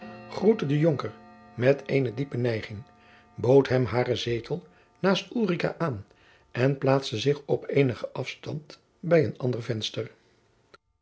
groette den jonker met eene diepe neiging bood hem haren zetel naast ulrica aan en plaatste zich op eenigen afstand bij een ander venster